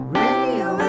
radio